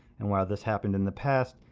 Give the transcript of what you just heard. and while this happened in the past,